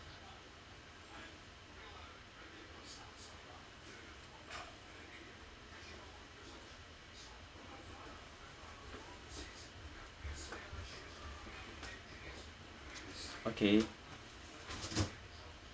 okay